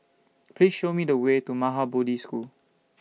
Please Show Me The Way to Maha Bodhi School